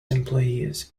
employees